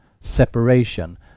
separation